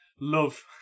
love